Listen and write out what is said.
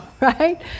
right